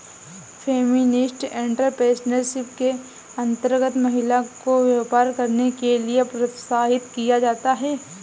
feminist entrepreneurship के अंतर्गत महिला को व्यापार करने के लिए प्रोत्साहित किया जाता है